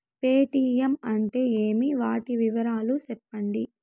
Paytm అంటే ఏమి, వాటి వివరాలు సెప్పండి?